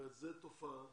זאת אומרת, זו תופעה